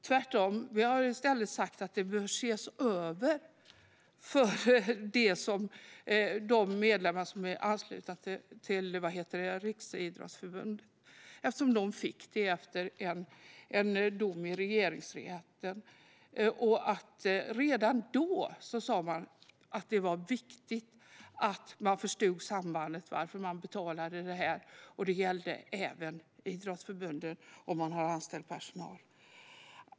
Tvärtom - vi har i stället sagt att det bör ses över för medlemmar som är anslutna till Riksidrottsförbundet, eftersom de fick undantaget efter en dom i Regeringsrätten. Redan då sa man att det var viktigt att förstå varför arbetsgivaravgifter ska betalas, och det gällde även idrottsförbund som har anställd personal.